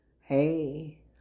hey